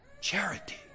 Charity